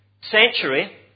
century